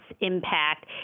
impact